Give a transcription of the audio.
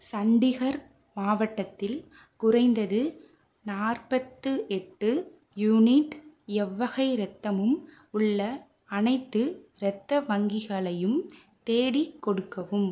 சண்டிகர் மாவட்டத்தில் குறைந்தது நாற்பத்து எட்டு யூனிட் எவ்வகை இரத்தமும் உள்ள அனைத்து இரத்த வங்கிகளையும் தேடிக் கொடுக்கவும்